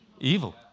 evil